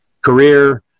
career